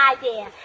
idea